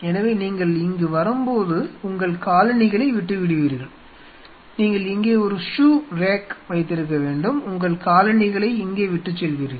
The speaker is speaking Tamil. எனவே நீங்கள் இங்கு வரும்போது உங்கள் காலணிகளை விட்டுவிடுவீர்கள் நீங்கள் இங்கே ஒரு ஷூ ரேக் வைத்திருக்க வேண்டும் உங்கள் காலணிகளை இங்கே விட்டுச் செல்வீர்கள்